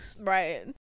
Right